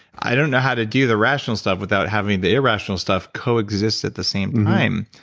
i don't know how to do the rational stuff without having the irrational stuff coexist at the same time.